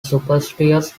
superstitious